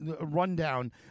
rundown